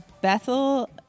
Bethel